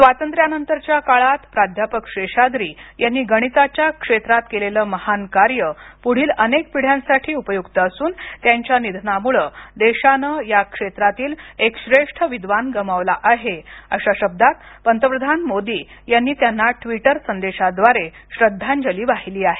स्वातंत्र्या नंतरच्या काळात प्राध्यापक शेषाद्री यांनी गणिताच्या क्षेत्रात केलेल महान कार्य पुढील अनेक पिढ्यांसाठी उपयुक्त असून त्यांच्या निधनामुळे देशाने या क्षेत्रातील एक श्रेष्ठ विद्वान गमावला आहे आशा शब्दात पंतप्रधान मोदी यांनी त्यांना ट्विटर संदेशद्वारे श्रद्धांजली वाहिली आहे